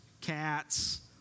cats